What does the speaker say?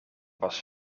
was